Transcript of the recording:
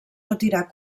retirar